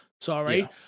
sorry